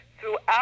throughout